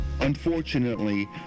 Unfortunately